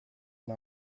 and